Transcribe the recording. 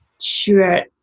sure